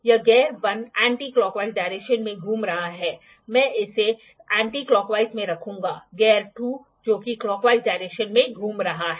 यह गियर 1 विपरीत clockwise direction में घूम रहा है मैं इसे विपरीत क्लाकवाइज में रखूंगा गियर 2 जो कि क्लाकवाइज डायरेक्शन में घूम रहा है